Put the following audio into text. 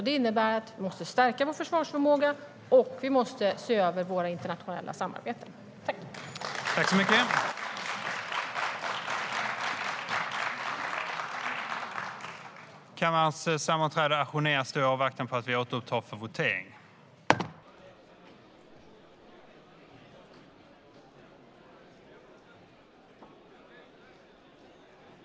Det innebär att vi måste stärka vår försvarsförmåga och se över våra internationella samarbeten.